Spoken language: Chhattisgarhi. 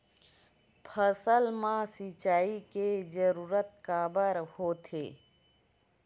फसल मा सिंचाई के जरूरत काबर होथे?